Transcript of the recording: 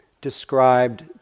described